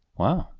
wow,